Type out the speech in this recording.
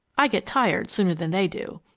i get tired sooner than they do.